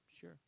sure